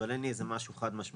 אבל אין לי איזה משהו חד משמעי.